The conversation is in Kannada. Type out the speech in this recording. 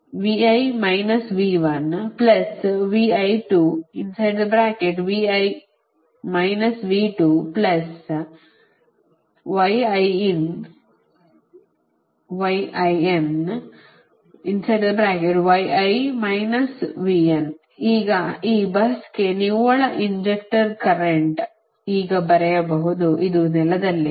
ಈಗ ಈ ಬಸ್ಗೆ ನಿವ್ವಳ ಇಂಜೆಕ್ಟರ್ ಕರೆಂಟ್ ಈಗ ಬರೆಯಬಹುದು ಇದು ನೆಲದಲ್ಲಿದೆ